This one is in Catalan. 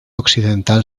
occidental